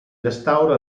restauro